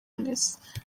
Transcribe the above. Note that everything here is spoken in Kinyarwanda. messi